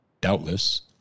Doubtless